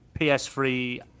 PS3